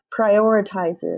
prioritizes